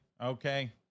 okay